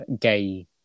gay